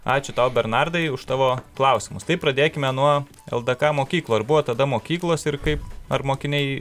ačiū tau bernardai už tavo klausimus tai pradėkime nuo ldk mokyklų ar buvo tada mokyklos ir kaip ar mokiniai